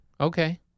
Okay